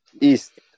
East